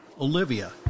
Olivia